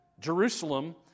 Jerusalem